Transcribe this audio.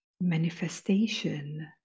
manifestation